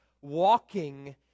walking